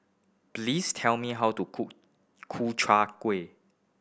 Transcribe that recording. please tell me how to cook Ku Chai Kuih